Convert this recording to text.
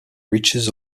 riches